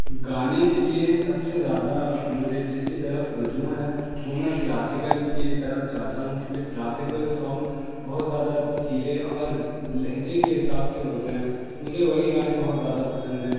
گانے کے لیے سب سے زیادہ مجھے جس کی طرف رجوع ہے وہ میں کلاسیکل کی طرف جاتا ہوں کیونکہ کلاسیکل سونگ بہت زیادہ دھیرے اور لہجے کے حساب سے ہوتے ہیں مجھے وہی گانے بہت زیادہ پسند ہیں